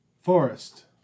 Forest